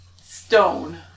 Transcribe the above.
stone